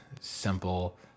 simple